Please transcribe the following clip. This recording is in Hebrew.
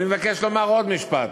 אני מבקש לומר עוד משפט.